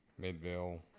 midville